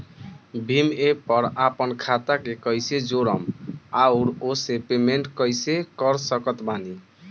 Bhim app पर आपन खाता के कईसे जोड़म आउर ओसे पेमेंट कईसे कर सकत बानी?